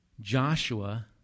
Joshua